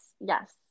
yes